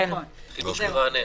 כן, באופן כללי.